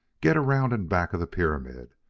get around in back of the pyramid.